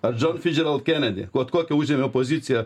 ar džon fidžerald kenedi vat kokią užėmė poziciją